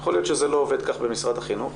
יכול להיות שזה לא עובד כך במשרד החינוך